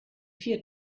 vier